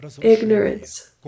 ignorance